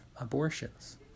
abortions